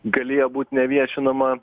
galėjo būt neviešinama